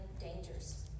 dangers